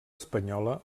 espanyola